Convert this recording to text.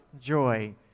joy